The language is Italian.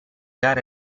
pagare